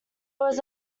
was